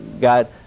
God